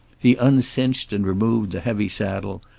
he uncinched and removed the heavy saddle,